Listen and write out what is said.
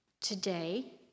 Today